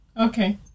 okay